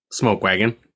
Smokewagon